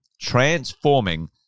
transforming